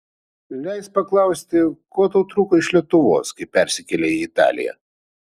leisk paklausti ko tau trūko iš lietuvos kai persikėlei į italiją